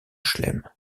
chelem